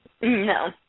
No